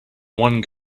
one